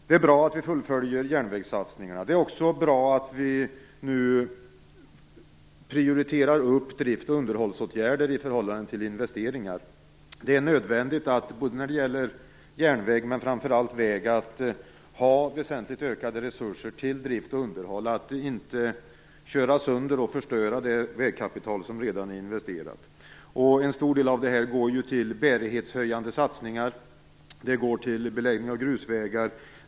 Det är bra att vi fullföljer järnvägssatsningarna. Det är också bra att vi nu prioriterar drift och underhållsåtgärder i förhållande till investeringar. Det är nödvändigt när det gäller järnväg men framför allt väg att ha väsentligt ökade resurser till drift och underhåll och att inte köra sönder och förstöra det vägkapital som redan är investerat. En stor del av det här går ju till bärighetshöjande satsningar och till beläggning av grusvägar.